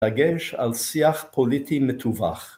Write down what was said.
‫דגש על שיח פוליטי מתווך.